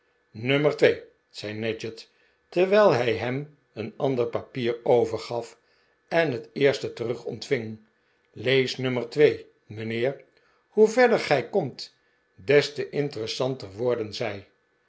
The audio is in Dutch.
nummer twee zei nadgett terwijl hij hem een ander papier overgaf en het eerste terug ontving lees nummer twee mijnheer hoe verder gij komt des te interessanter worden zij